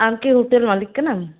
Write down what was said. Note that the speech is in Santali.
ᱟᱢ ᱠᱤ ᱦᱳᱴᱮᱞ ᱢᱟᱹᱞᱤᱠ ᱠᱟᱱᱟᱢ